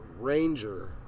Ranger